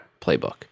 playbook